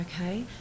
Okay